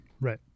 Right